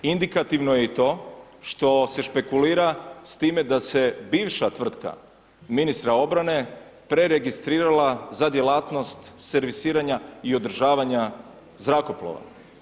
Indikativno je i to što se špekulira s time da se bivša tvrtka ministra obrane preregistrirala, za djelatnost servisiranja i održavanje zrakoplova.